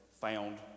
found